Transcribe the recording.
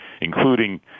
including